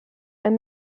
ein